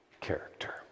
Character